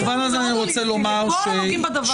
זה לא הוליסטי, לכל הנוגעים בדבר.